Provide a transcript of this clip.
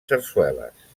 sarsueles